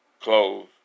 clothes